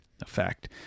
effect